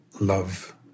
love